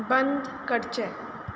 बंद करचें